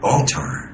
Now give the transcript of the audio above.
Altar